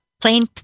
plain